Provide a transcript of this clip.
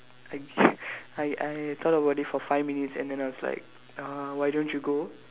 I I I thought about it for five minutes and then I was like uh why don't you go